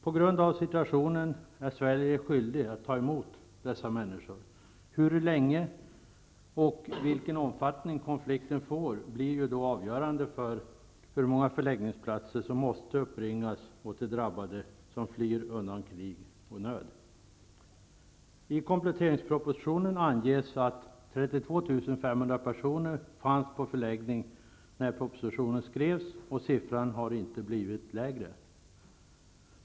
På grund av situationen är Sverige skyldigt att ta emot dessa mäniskor. Hur länge konflikten kommer att vara och vilken omfattning den får blir avgörande för hur många förläggningsplatser som måste uppbringas åt de drabbade som flyr undan krig och nöd. personer fanns på förläggning när propositionen skrevs, och siffran har inte blivit lägre.